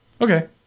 Okay